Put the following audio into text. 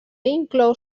inclou